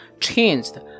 changed